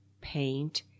paint